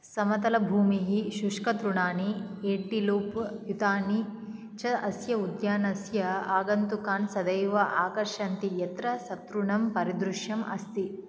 समतलभूमिः शुष्कतृणानि एण्टीलोप् युतानि च अस्य उद्यानस्य आगन्तुकान् सदैव आकर्षयन्ति यत्र सतृणं परिदृश्यम् अस्ति